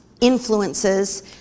influences